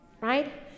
right